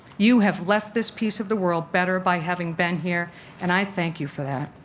you have left this piece of the world better by having been here and i thank you for that.